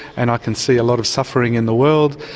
and i can see a lot of suffering in the world,